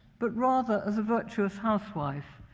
but rather as a virtuous housewife,